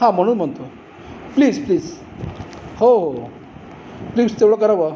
हां म्हणून म्हणतो प्लीज प्लीज हो हो हो प्लीज तेवढं करा बुवा